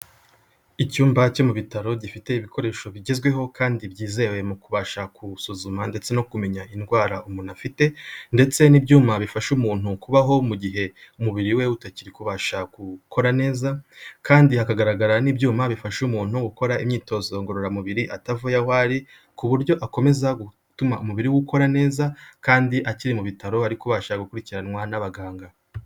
Icyumba cyo mu bitaro gifite ibikoresho bigezweho kandi byizewe mukubasha guwusuzuma ndetse no kumenya indwara umuntu afite, ndetse n'ibyuma bifasha umuntu kubaho mu gihe umubiri we utakiri kubasha gukora neza, kandi hakagaragara n'ibyuma bifasha umuntu gukora imyitozo ngororamubiri atava aho ari ku buryo akomeza gutuma umubiri wo ukora neza kandi akiri mu bitaro ariko ubasha gukurikiranwa n'abaganga.